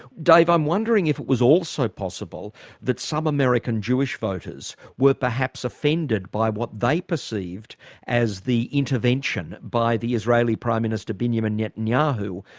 dave, i'm wondering if it was also possible that some american jewish voters were perhaps offended by what they perceived as the intervention by the israeli prime minister benjamin netanyahu,